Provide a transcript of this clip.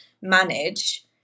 manage